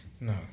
No